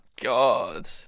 God